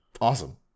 awesome